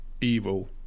evil